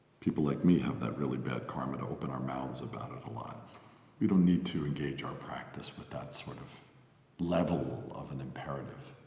people like me have that really bad karma to open our mouths about it a lot. but we don't need to engage our practice with that sort of level of an imperative.